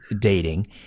dating—